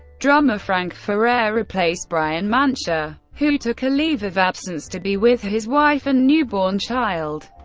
drummer frank ferrer replaced bryan mantia, who took a leave of absence to be with his wife and newborn child.